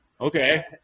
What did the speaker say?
Okay